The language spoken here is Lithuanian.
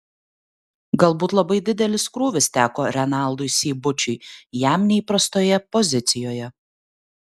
galbūt labai didelis krūvis teko renaldui seibučiui jam neįprastoje pozicijoje